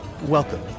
Welcome